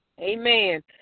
Amen